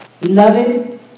Beloved